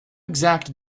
exact